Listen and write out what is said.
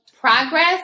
progress